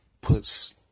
puts